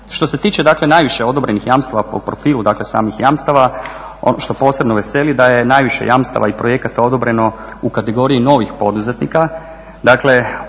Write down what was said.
Što se tiče dakle najviše odobrenih jamstava po profilu dakle samih jamstava ono što posebno veseli da je najviše jamstava i projekata odobreno u kategoriji novih poduzetnika,